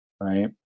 right